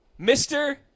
Mr